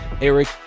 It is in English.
Eric